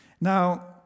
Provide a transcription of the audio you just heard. Now